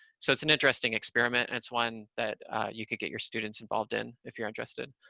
so it's an interesting experiment, and it's one that you could get your students involved in if you're interested,